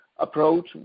Approach